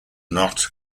not